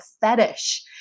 fetish